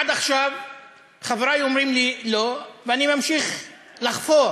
עד עכשיו חברי אומרים לי לא, ואני ממשיך לחפור.